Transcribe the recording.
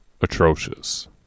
atrocious